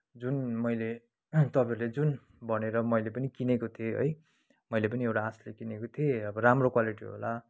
जुन मैले तपाईँहरूले जुन भनेर मैले पनि किनेको थिएँ है मैले पनि एउटा आसले किनेको थिएँ अब राम्रो क्वालिटी होला